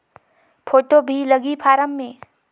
Photo भी लगी form मे?